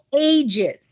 ages